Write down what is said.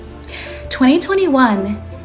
2021